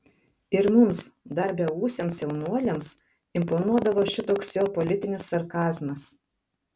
ir mums dar beūsiams jaunuoliams imponuodavo šitoks jo politinis sarkazmas